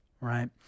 right